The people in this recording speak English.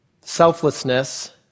selflessness